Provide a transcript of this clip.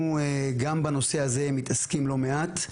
אנחנו גם בנושא הזה מתעסקים לא מעט,